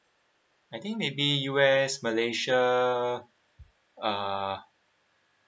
I think maybe U_S malaysia err